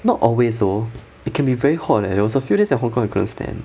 not always though it can be very hot leh there was a few days at hong kong I couldn't stand